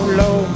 low